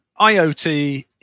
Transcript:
IoT